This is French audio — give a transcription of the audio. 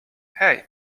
hey